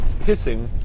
pissing